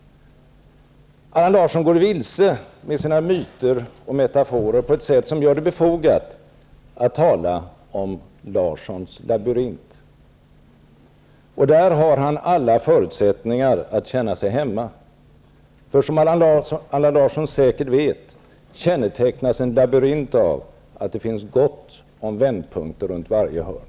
Allan Larsson går vilse med sina myter och metaforer på ett sätt som gör det befogat att tala om ''Larssons labyrint''. Där har han alla förutsättningar att känna sig hemma. Som Allan Larsson säkert vet kännetecknas en labyrint av att det finns gott om vändpunkter runt varje hörn.